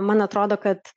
man atrodo kad